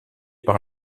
par